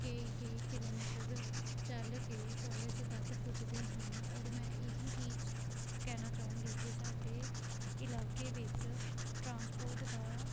ਕਈ ਕਈ ਕਿਲੋਮੀਟਰ ਚੱਲ ਕੇ ਕਾਲਜ ਤੱਕ ਪੁੱਜਦੇ ਹਨ ਔਰ ਮੈਂ ਇਹ ਹੀ ਕਹਿਣਾ ਚਾਹਾਂਗੀ ਕਿ ਸਾਡੇ ਇਲਾਕੇ ਵਿੱਚ ਟਰਾਂਸਪੋਰਟ ਦਾ